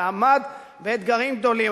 ועמד באתגרים גדולים,